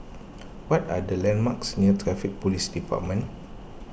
what are the landmarks near Traffic Police Department